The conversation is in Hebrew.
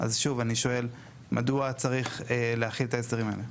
אז שוב אני שואל מדוע צריך להחיל את ההסדרים האלה?